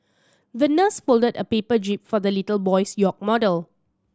the nurse folded a paper jib for the little boy's yacht model